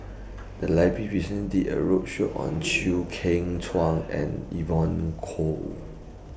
The Library recently did A roadshow on Chew Kheng Chuan and Evon Kow